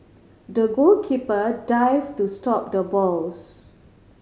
the goalkeeper dive to stop the balls